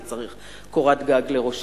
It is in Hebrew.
כי אנו זקוקים לקורת גג מעל ראשנו.